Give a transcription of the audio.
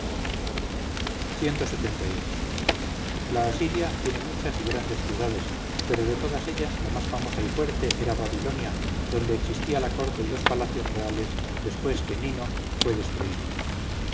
la asiria tiene muchas y grandes ciudades pero de todas ellas la más famosa y fuerte era babilonia donde existía la corte y los palacios reales después que nino fue destruida